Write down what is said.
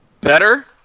Better